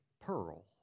pearl